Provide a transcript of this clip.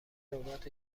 ربات